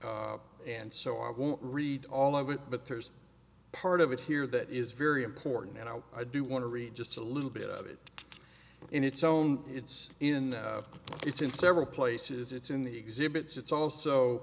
transcript and so i won't read all of it but there's a part of it here that is very important and i do want to read just a little bit of it in its own it's in it's in several places it's in the exhibits it's also